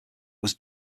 was